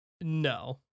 No